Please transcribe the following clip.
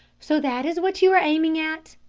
so that is what you are aiming at?